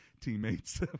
teammates